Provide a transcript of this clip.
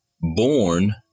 born